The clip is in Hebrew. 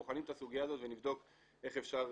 בוחנים את הסוגיה הזאת ונבדוק איך אפשר